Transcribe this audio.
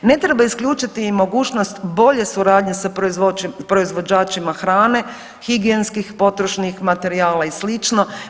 Ne treba isključiti i mogućnost bolje suradnje sa proizvođačima hrane, higijenskih potrošnih materijala i slično.